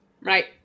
Right